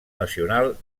nacional